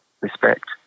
respect